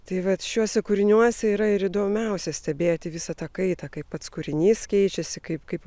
tai vat šiuose kūriniuose yra ir įdomiausia stebėti visą tą kaitą kaip pats kūrinys keičiasi kaip kaip